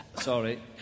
Sorry